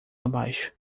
abaixo